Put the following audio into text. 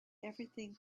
everything